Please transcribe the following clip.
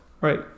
Right